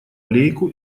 лейку